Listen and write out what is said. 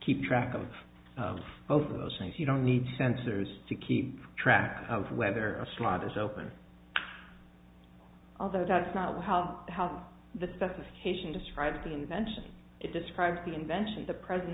keep track of both of those things you don't need sensors to keep track of whether a slot is open although that's not how the how the specification describes the invention it describes the invention the present